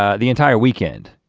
ah the entire weekend.